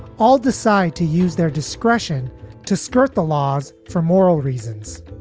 all decide to use their discretion to skirt the laws for moral reasons?